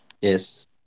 Yes